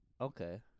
Okay